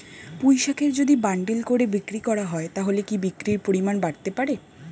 পুঁইশাকের যদি বান্ডিল করে বিক্রি করা হয় তাহলে কি বিক্রির পরিমাণ বাড়তে পারে?